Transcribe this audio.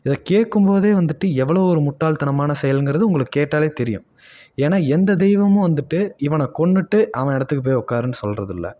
இதை கேட்கும்போதே வந்துட்டு எவ்வளோ ஒரு முட்டாள் தனமான செயலுங்கிறது உங்களுக்கு கேட்டாலே தெரியும் ஏன்னால் எந்த தெய்வமும் வந்துட்டு இவனை கொன்றுட்டு அவன் இடத்துக்கு போய் உட்காருன்னு சொல்வது இல்லை